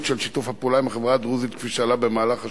של שיתוף הפעולה עם החברה הדרוזית כפי שעלה במהלך השימוע,